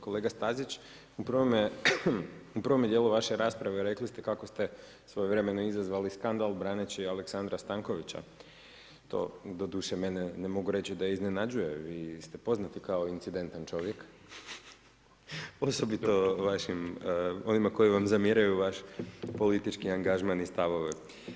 Kolega Stazić u prvome dijelu vaše rasprave, rekli ste kako ste svojevremeno izazvali skandal braneći Aleksandra Stankovića, do doduše ne mogu reći da me iznenađuje, vi ste poznati kao incidentan čovjek, osobito vašim, onima koji vam zamjeraju vaš politički angažman i stavove.